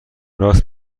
راست